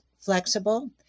flexible